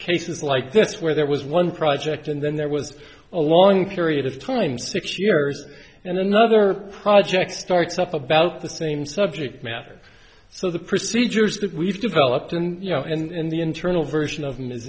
cases like this where there was one project and then there was a long period of time six years and another project starts up about the same subject matter so the procedures that we've developed and you know and the internal version of